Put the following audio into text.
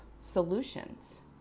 solutions